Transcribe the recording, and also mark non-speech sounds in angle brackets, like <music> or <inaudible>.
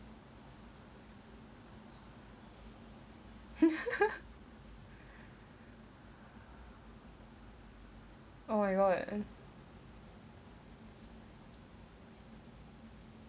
<laughs> oh my god